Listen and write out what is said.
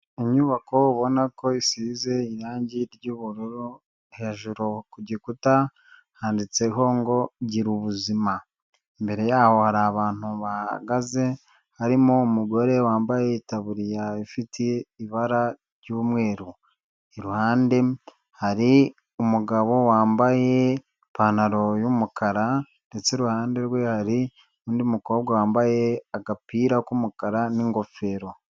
Inyubako ubona ko isize irangi ry'ubururu, hejuru ku gikuta handitseho ngo "Gira ubuzima". Imbere yaho hari abantu bahagaze harimo umugore wambaye itaburiya ifite ibara ry'umweru, iruhande hari umugabo wambaye ipantaro y'umukara, ndetse iruhande rwe hari undi mukobwa wambaye agapira k'umukara n'ingofero.